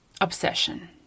obsession